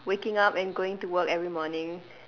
waking up and going to work every morning